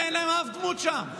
ואין להם אף דמות שם,